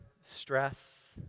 Stress